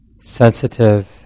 sensitive